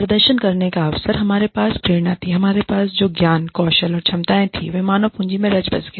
प्रदर्शन करने का अवसर हमारे पास जो प्रेरणा थी हमारे पास जो ज्ञान कौशल और क्षमताएं थीं वे मानव पूंजी में रच बस गया